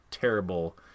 terrible